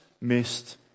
missed